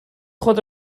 خود